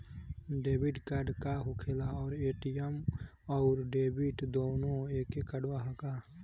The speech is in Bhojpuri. डेबिट कार्ड का होखेला और ए.टी.एम आउर डेबिट दुनों एके कार्डवा ह का?